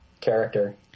character